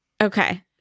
Okay